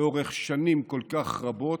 לאורך שנים כל כך רבות,